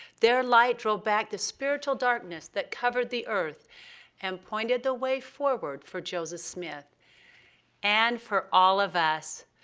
their light drove back the spiritual darkness that covered the earth and pointed the way forward for joseph smith and for all of us.